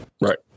Right